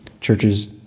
Churches